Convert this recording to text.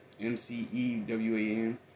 M-C-E-W-A-N